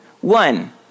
One